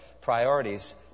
priorities